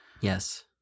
Yes